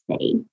say